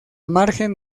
margen